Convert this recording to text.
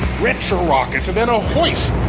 retro-rockets and then a hoist.